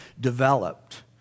developed